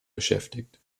beschäftigt